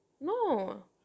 No